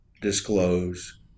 disclose